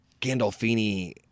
Gandolfini